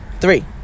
Three